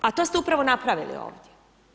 A to ste upravo napravili ovdje.